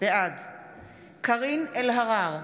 בעד קארין אלהרר,